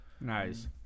Nice